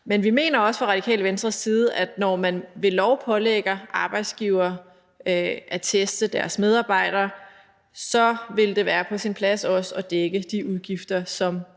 Men vi mener også fra Radikale Venstres side, at når man ved lov pålægger arbejdsgivere at teste deres medarbejdere, vil det være på sin plads også at dække de udgifter, som